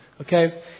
Okay